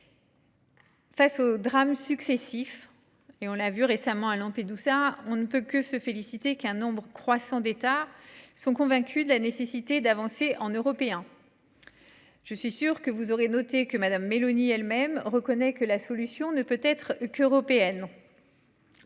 Face aux drames successifs, comme récemment à Lampedusa, il faut se féliciter qu’un nombre croissant d’États soient convaincus de la nécessité d’avancer en Européens. Je n’en doute pas, vous aurez noté que Mme Meloni elle-même reconnaît que la solution ne peut être qu’européenne.